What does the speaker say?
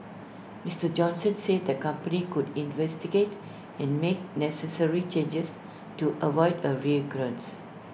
Mister Johnson said the company could investigate and make necessary changes to avoid A recurrence